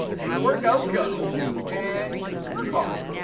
you know the word go, go and work hard.